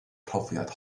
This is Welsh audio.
profiad